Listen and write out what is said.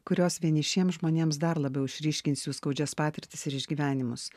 kurios vienišiem žmonėms dar labiau išryškins jų skaudžias patirtis ir išgyvenimus